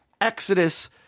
Exodus